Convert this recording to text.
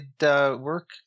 work